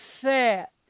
set